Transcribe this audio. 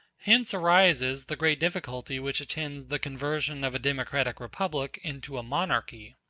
hence arises the great difficulty which attends the conversion of a democratic republic into a monarchy.